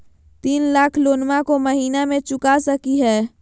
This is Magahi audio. तीन लाख लोनमा को महीना मे चुका सकी हय?